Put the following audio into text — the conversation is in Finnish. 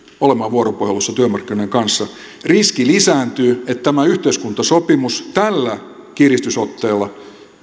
olemaan vuoropuhelussa työmarkkinoiden kanssa riski lisääntyy että tämä yhteiskuntasopimus tällä kiristysotteella